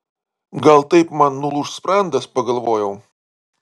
gal taip man nulūš sprandas pagalvojau